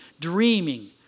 dreaming